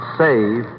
save